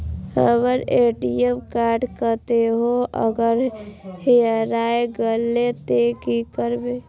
हमर ATM card कतहो अगर हेराय गले ते की करबे?